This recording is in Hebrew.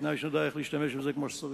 בתנאי שנדע איך להשתמש בזה כמו שצריך.